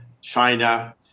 china